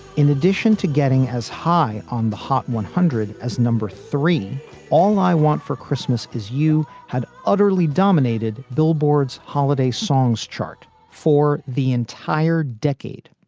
in addition to getting as high on the hot one hundred as number three all i want for christmas is you had utterly dominated billboard's holiday songs chart for the entire decade.